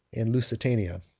and lusitania.